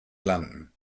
landen